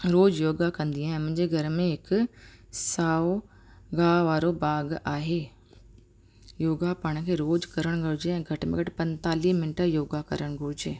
रोज़ु योगा कंदी आहियां मुंहिंजे घर में हिकु साओ गाहु वारो बाग़ु आहे योगा पाण खे रोज़ु करण घुरिजे ऐं घटि में घटि पंजेतालीह मिंट योगा करण घुरिजे